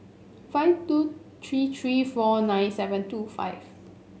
five two three three four nine seven two five